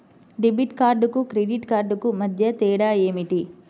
Debit కార్డుకు credit కార్డుకు మధ్య తేడా ఏమిటీ?